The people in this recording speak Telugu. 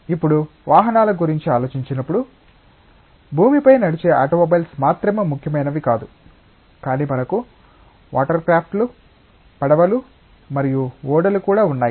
ఇప్పుడు వాహనాల గురించి ఆలోచించినప్పుడు భూమిపై నడిచే ఆటోమొబైల్స్ మాత్రమే ముఖ్యమైనవి కాదు కానీ మనకు వాటర్క్రాఫ్ట్లు పడవలు మరియు ఓడలు కూడా ఉన్నాయి